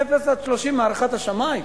מ-0% עד 30% הערכת השמאי.